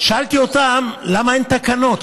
שאלתי אותם למה אין תקנות,